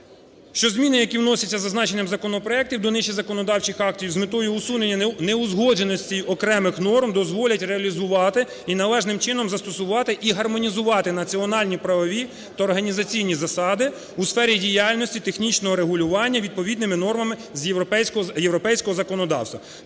…що зміни, які вносяться зазначеним законопроектом до низки законодавчих актів з метою усунення неузгодженості окремих норм, дозволять реалізувати і належним чином застосувати і гармонізувати національні, правові та організаційні засади у сфері діяльності технічного регулювання відповідними нормами європейського законодавства.